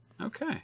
Okay